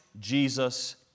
Jesus